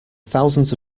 thousands